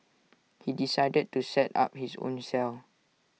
he decided to set up his own cell